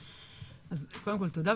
אז קודם כל תודה.